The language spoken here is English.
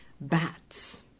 bats